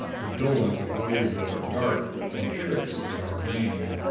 redolent of ways that are dark and tricks that are vain.